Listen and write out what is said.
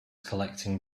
collecting